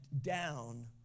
down